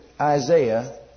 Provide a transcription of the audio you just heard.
Isaiah